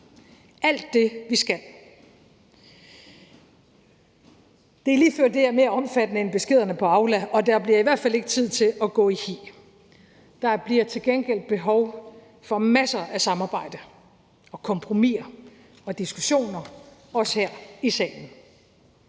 Alt det skal vi. Det er lige før, det her er mere omfattende end beskederne på Aula, og der bliver i hvert fald ikke tid til at gå i hi. Der bliver til gengæld behov for masser af samarbejde og kompromiser og diskussioner, også her i salen.